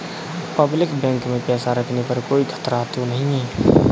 Public bank में पैसा रखने पर कोई खतरा तो नहीं है?